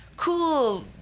cool